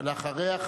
ואחריה,